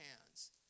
hands